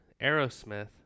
Aerosmith